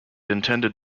intended